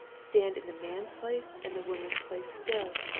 stand in the man's place and the woman's place still!